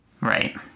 Right